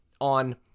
on